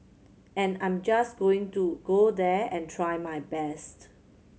and I'm just going to go there and try my best